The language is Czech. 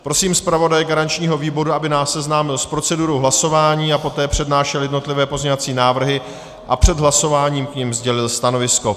Prosím zpravodaje garančního výboru, aby nás seznámil s procedurou hlasování a poté přednášel jednotlivé pozměňovací návrhy a před hlasováním k nim sdělil stanovisko.